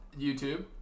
YouTube